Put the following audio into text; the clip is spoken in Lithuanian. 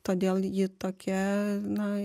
todėl ji tokia na